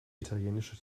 italienische